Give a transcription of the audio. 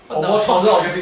what does this